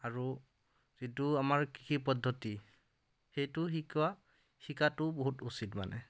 আৰু যিটো আমাৰ কৃষি পদ্ধতি সেইটো শিকোৱা শিকাটো বহুত উচিত মানে